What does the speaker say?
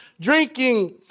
drinking